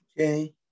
okay